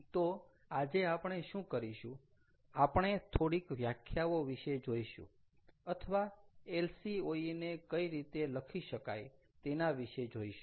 તો આજે આપણે શું કરીશું આપણે થોડીક વ્યાખ્યાઓ વિશે જોઈશું અથવા LCOE ને કઈ રીતે લખી શકાય તેના વિશે જોઈશું